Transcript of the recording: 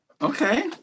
Okay